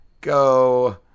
go